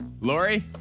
Lori